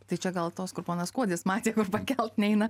tai čia gal tos kur ponas kuodis matė kur pakelt neina